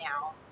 now